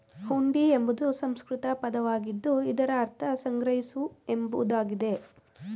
ಹುಂಡಿ ಎಂಬುದು ಸಂಸ್ಕೃತ ಪದವಾಗಿದ್ದು ಇದರ ಅರ್ಥ ಸಂಗ್ರಹಿಸು ಎಂಬುದಾಗಿದೆ